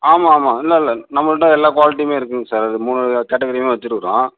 ஆமாம் ஆமாம் இல்லை இல்லை நம்மள்ட எல்லாம் குவாலிட்டியுமே இருக்குங்க சார் அது மூணு கேட்டகிரியுமே வச்சிருக்கோம்